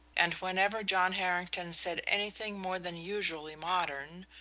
and whenever john harrington said anything more than usually modern,